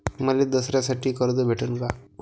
मले दसऱ्यासाठी कर्ज भेटन का?